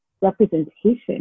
representation